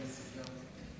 כנסת נכבדה,